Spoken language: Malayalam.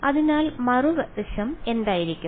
അതിനാൽ മറുവശം എന്തായിരിക്കും